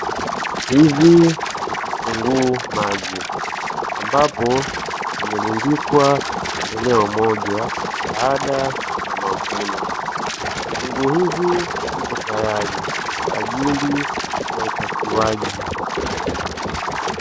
Hivi ni vitunguu maji, ambapo zimerundikwa eneo moja baada ya mavuno. Vitunguu hivi zipo tayari kwa ajili ya upakiaji.